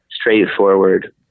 straightforward